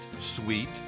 sweet